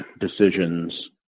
decisions